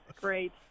Great